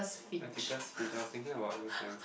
practicals which I was thinking about those lines